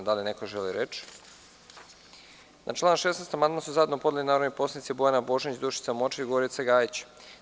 Da li neko želi reč? (Ne.) Na član 16. amandman su zajedno podnele narodni poslanice, Bojana Božanić, Dušica Morčev i Gorica Gajić.